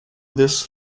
this